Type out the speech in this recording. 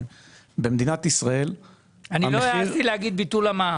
במדינת ישראל --- לא העזתי להגיד ביטול המע"מ.